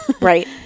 Right